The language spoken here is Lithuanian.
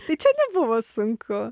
tai čia nebuvo sunku